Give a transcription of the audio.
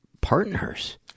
partners